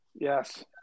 Yes